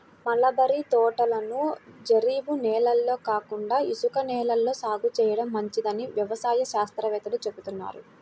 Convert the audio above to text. mulberry తోటలను జరీబు నేలల్లో కాకుండా ఇసుక నేలల్లో సాగు చేయడం మంచిదని వ్యవసాయ శాస్త్రవేత్తలు చెబుతున్నారు